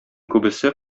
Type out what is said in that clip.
күбесе